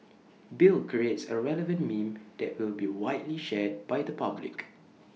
bill creates A relevant meme that will be widely shared by the public